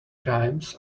rhymes